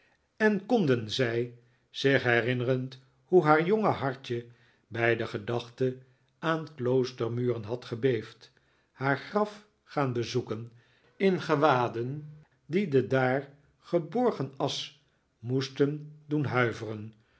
en konden zij zich herinnerend hoe haar jonge hartje bij de gedachte aan kloostermuren had gebeefd haar graf gaan bezoeken in gewaden die de daar geborgen asch moesten doen huiveren